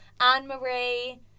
Anne-Marie